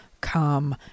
come